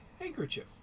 handkerchief